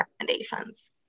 recommendations